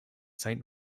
saint